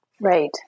Right